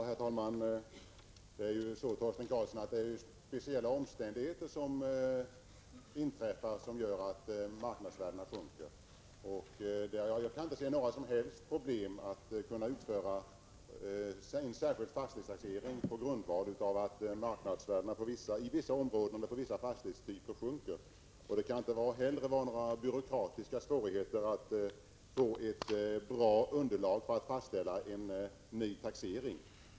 Herr talman! Det är ju speciella omständigheter som gör att marknadsvärdena sjunker, Torsten Karlsson. Jag kan inte se några som helst problem förknippade med att utföra en särskild fastighetstaxering på grundval av att marknadsvärdena sjunker i vissa områden och för vissa fastighetstyper. Det kan inte heller finnas några byråkratiska hinder för att få ett bra underlag för fastställande av en ny taxering.